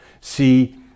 see